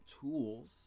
tools